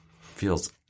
feels